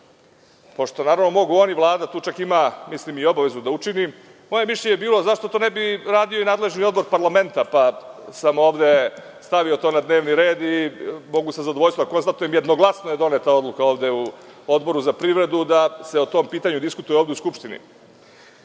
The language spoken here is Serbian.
Pošto, naravno, mogu on i Vlada, čak mislim da ima i obavezu to da učini, moje mišljenje je bilo zašto to ne bi radio i nadležni odbor parlamenta, pa sam ovde stavio to na dnevni red. Mogu sa zadovoljstvom da konstatujem da je jednoglasno doneta odluka ovde u Odboru za privredu da se o tom pitanju diskutuje ovde u Skupštini. Sada